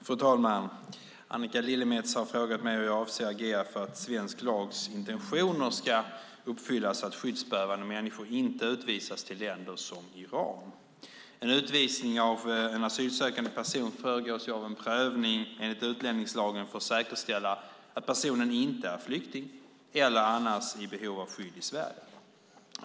Fru talman! Annika Lillemets har frågat mig hur jag avser att agera för att svensk lags intentioner ska uppfyllas så att skyddsbehövande människor inte utvisas till länder som Iran. En utvisning av en asylsökande person föregås av en prövning enligt utlänningslagen för att säkerställa att personen inte är flykting eller annars i behov av skydd i Sverige.